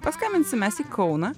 paskambinsim mes į kauną